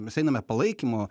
mes einame palaikymo